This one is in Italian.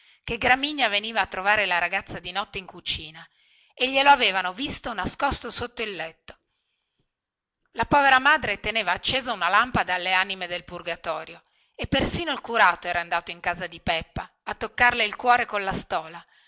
che gramigna veniva a trovarla di notte nella cucina e che glielo avevano visto nascosto sotto il letto la povera madre aveva acceso una lampada alle anime del purgatorio e persino il curato era andato in casa di peppa a toccarle il cuore colla stola